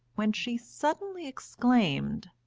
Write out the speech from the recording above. when she suddenly exclaimed